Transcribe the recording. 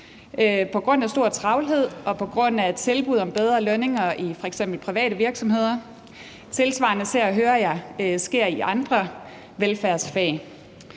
på grund af stor travlhed og på grund af et tilbud om bedre lønninger i f.eks. private virksomheder. Noget tilsvarende ser og hører jeg sker inden for andre velfærdsfag.